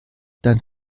dank